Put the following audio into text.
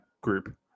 group